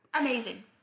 amazing